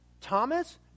Thomas